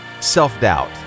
self-doubt